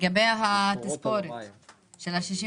לגבי השאלה הזאת.